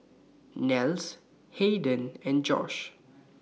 Nels Hayden and Josh